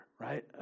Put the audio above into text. right